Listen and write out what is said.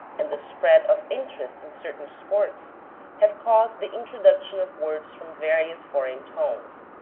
and the spread of interest in certain sports have caused the intro duction of words from various foreign tongues.